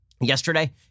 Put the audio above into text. yesterday